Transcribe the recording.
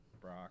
Brock